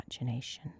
imagination